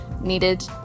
needed